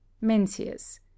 Mencius